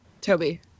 Toby